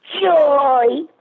Joy